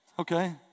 Okay